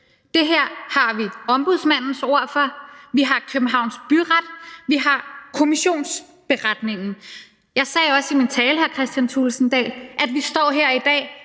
Det her har vi Ombudsmandens ord for, vi har Københavns Byrets ord, og vi har kommissionsberetningen. Jeg sagde også i min tale, hr. Kristian